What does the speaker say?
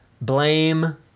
blame